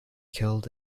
killed